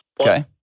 Okay